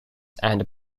and